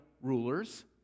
rulers